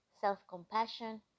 self-compassion